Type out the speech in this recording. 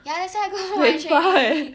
ya that's where I go for my training